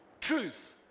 truth